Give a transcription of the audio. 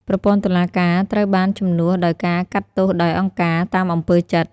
ប្រព័ន្ធតុលាការត្រូវបានជំនួសដោយការកាត់ទោសដោយ "អង្គការ" តាមអំពើចិត្ត។